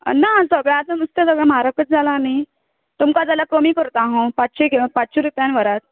ना सगळें आता नुस्तें सगळें म्हारगच जालां न्ही तुमकां जाल्यार कमी करतां हांव पांचशें पांचशें रुपयान व्हरात